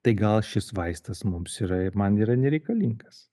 tai gal šis vaistas mums yra ir man yra nereikalingas